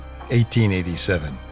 1887